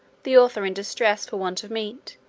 the author in distress for want of meat.